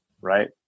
Right